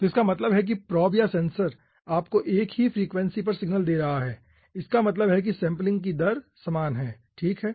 तो इसका मतलब है कि प्रोब या सेंसर आपको एक ही फ्रेक्वेंसी पर सिग्नल दे रहा है इसका मतलब है कि सैंपलिंग की दर समान है ठीक है